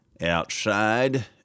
outside